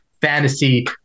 fantasy